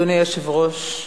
אדוני היושב-ראש,